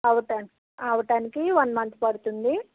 అవటాని అవటానికి one month పడుతుంది